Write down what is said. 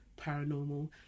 paranormal